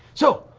so.